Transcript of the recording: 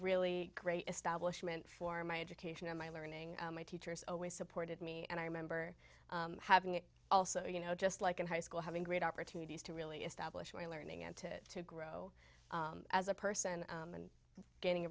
really great establishment for my education and my learning my teachers always supported me and i remember having also you know just like in high school having great opportunities to really establish my learning and to grow as a person and getting a